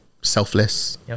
selfless